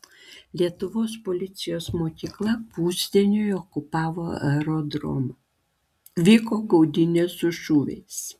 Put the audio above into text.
lietuvos policijos mokykla pusdieniui okupavo aerodromą vyko gaudynės su šūviais